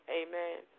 amen